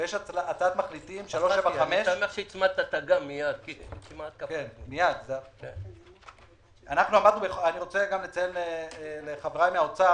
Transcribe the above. ויש הצעת מחליטים 345. אני רוצה גם לציין לחבריי מהאוצר,